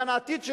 למען העתיד שלנו,